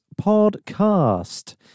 podcast